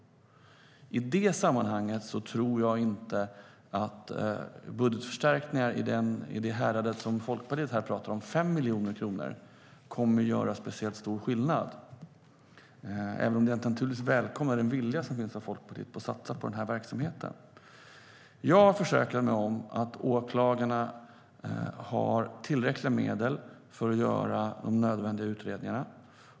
I det sammanhanget tror jag inte att budgetförstärkningar i häradet som Folkpartiet talar om, 5 miljoner kronor, kommer att göra särskilt stor skillnad, även om jag välkomnar den vilja som finns i Folkpartiet för att satsa på verksamheten. Jag har försäkrat mig om att åklagarna har tillräckliga medel för att göra de nödvändiga utredningarna.